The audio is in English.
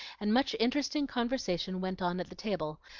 and much interesting conversation went on at the table,